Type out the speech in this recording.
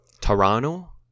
Toronto